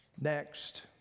Next